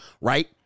right